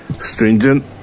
stringent